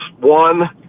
one